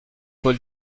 paul